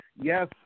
yes